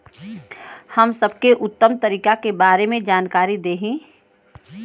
हम सबके उत्तम तरीका के बारे में जानकारी देही?